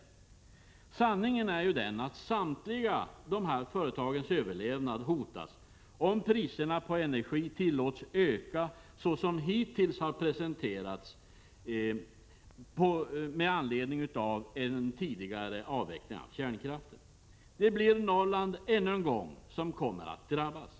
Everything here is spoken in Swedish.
Sanningen är den att överlevnaden för samtliga dessa företag hotas om priserna på energi tillåts öka på det sätt som hittills har presenterat med anledning av en tidigare avveckling av kärnkraften. Det blir Norrland som ännu en gång kommer att drabbas.